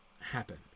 happen